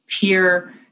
peer